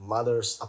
Mother's